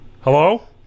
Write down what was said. Hello